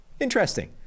Interesting